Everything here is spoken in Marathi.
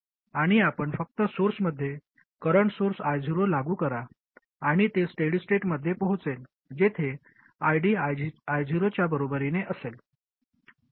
आणि आपण फक्त सोर्समध्ये करंट सोर्स I0 लागू करा आणि ते स्टेडी स्टेटमध्ये पोहोचेल जेथे ID I0 च्या बरोबरीने असेल